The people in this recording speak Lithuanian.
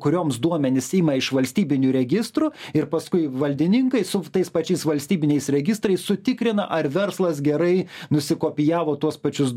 kurioms duomenis ima iš valstybinių registrų ir paskui valdininkai su tais pačiais valstybiniais registrais sutikrina ar verslas gerai nusikopijavo tuos pačius